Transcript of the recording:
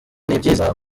nibyiza